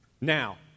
Now